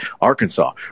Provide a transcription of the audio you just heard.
Arkansas